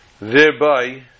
Thereby